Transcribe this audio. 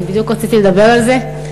אני בדיוק רציתי לדבר על זה.